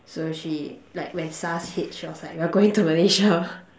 so she like when Sars hit she was like we're going to Malaysia